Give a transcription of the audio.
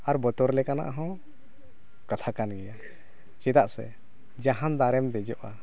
ᱟᱨ ᱵᱚᱛᱚᱨ ᱞᱮᱠᱟᱱᱟᱜ ᱦᱚᱸ ᱠᱟᱛᱷᱟ ᱠᱟᱱ ᱜᱮᱭᱟ ᱪᱮᱫᱟᱜ ᱥᱮ ᱡᱟᱦᱟᱱ ᱫᱟᱨᱮᱢ ᱫᱮᱡᱚᱜᱼᱟ